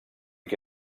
que